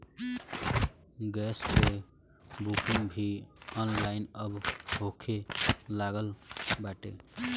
gas कअ booking भी online अब होखे लागल बाटे